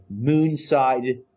moonside